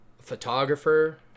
photographer